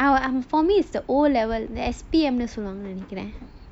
done already is it like the for me is the O level the S_P_M நெனைக்குறேன்:nenaikkiraen